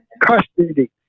custody